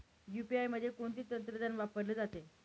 UPI मध्ये कोणते तंत्रज्ञान वापरले जाते?